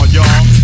y'all